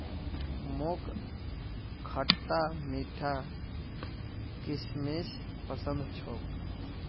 मोक खटता मीठा किशमिश पसंद छोक